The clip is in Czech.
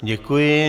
Děkuji.